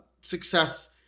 success